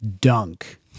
Dunk